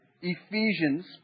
Ephesians